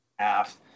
half